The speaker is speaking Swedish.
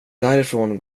därifrån